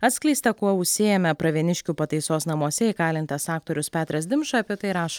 atskleista kuo užsiėmė pravieniškių pataisos namuose įkalintas aktorius petras dimša apie tai rašo